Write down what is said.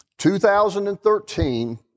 2013